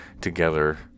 together